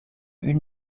une